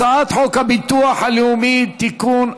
הצעת חוק הביטוח הלאומי (תיקון,